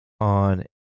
On